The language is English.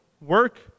work